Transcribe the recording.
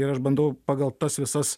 ir aš bandau pagal tas visas